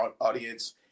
audience